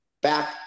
Back